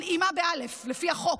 מלאימה, מלאימה באל"ף, לפי החוק,